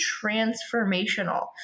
transformational